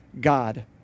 God